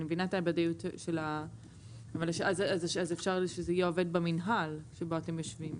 אז אפשר שזה יהיה עובד במינהל שבו אתם יושבים,